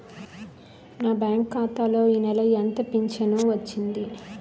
నా బ్యాంక్ ఖాతా లో ఈ నెల ఎంత ఫించను వచ్చింది?